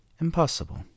Impossible